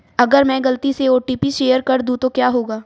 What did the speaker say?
अगर मैं गलती से ओ.टी.पी शेयर कर दूं तो क्या होगा?